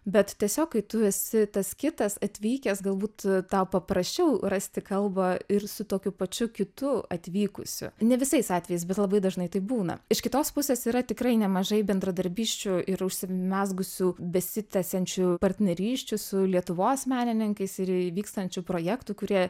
bet tiesiog kai tu esi tas kitas atvykęs galbūt tau paprasčiau rasti kalbą ir su tokiu pačiu kitu atvykusiu ne visais atvejais bet labai dažnai taip būna iš kitos pusės yra tikrai nemažai bendradarbysčių ir užsimezgusių besitęsiančių partnerysčių su lietuvos menininkais ir vykstančių projektų kurie